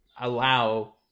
allow